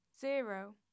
Zero